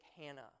Hannah